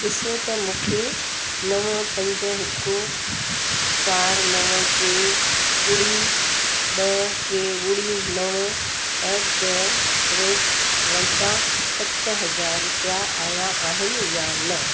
ॾिसो त मूंखे नव पंज हिकु चारि नव टे ॿुड़ी ॿ टे ॿुड़ी नव एट द रेट वटां सत हज़ार रुपया आहिया आहिनि या न